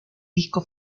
disco